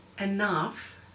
enough